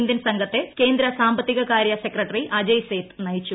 Indian സംഘത്തെ കേന്ദ്രസാമ്പത്തിക കാര്യ സെക്രട്ടറി അജയ് സേത്ത് നയിച്ചു